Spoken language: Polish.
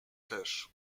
też